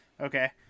Okay